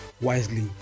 wisely